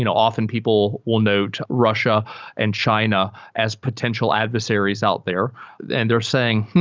you know often people will note russia and china as potential adversaries out there and they're saying,